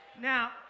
Now